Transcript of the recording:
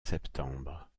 septembre